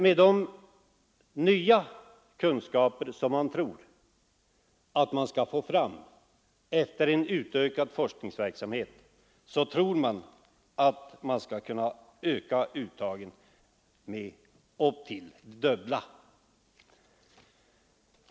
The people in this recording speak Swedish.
Med de nya kunskaper som en ökad forskningsverksamhet skall ge tror man att en ökning av uttagen upp till det dubbla är möjlig.